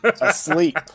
asleep